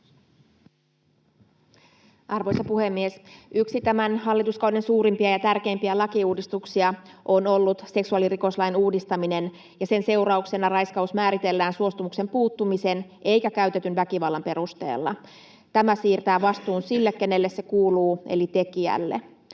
Arvoisa puhemies! Yksi tämän hallituskauden suurimpia ja tärkeimpiä lakiuudistuksia on ollut seksuaalirikoslain uudistaminen, ja sen seurauksena raiskaus määritellään suostumuksen puuttumisen eikä käytetyn väkivallan perusteella. Tämä siirtää vastuun sille, kenelle se kuuluu, eli tekijälle.